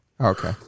Okay